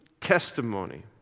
testimony